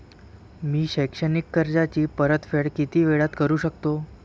मी शैक्षणिक कर्जाची परतफेड किती वेळात करू शकतो